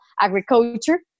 agriculture